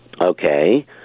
okay